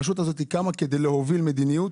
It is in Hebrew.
הרשות הזאת קמה כדי להוביל מדיניות,